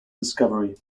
discovery